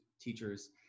teachers